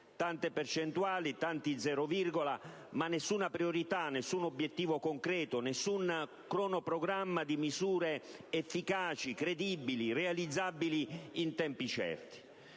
Tante percentuali, tanti «zero virgola» ma nessuna priorità, nessun obiettivo concreto, nessun cronoprogramma di misure efficaci, credibili, realizzabili in tempi certi.